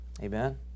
amen